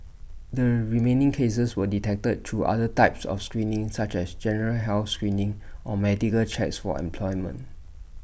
the remaining cases were detected through other types of screening such as general health screening or medical checks for employment